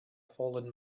fallen